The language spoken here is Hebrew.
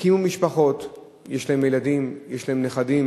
הקימו משפחות, יש להם ילדים, יש להם נכדים,